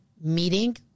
meeting